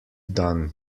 dan